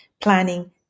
planning